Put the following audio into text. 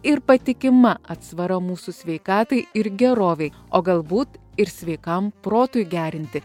ir patikima atsvara mūsų sveikatai ir gerovei o galbūt ir sveikam protui gerinti